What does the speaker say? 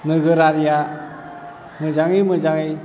नोगोरारिया मोजाङै मोजाङै